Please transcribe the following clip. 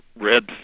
red